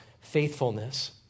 faithfulness